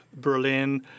Berlin